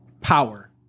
power